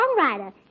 songwriter